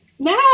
No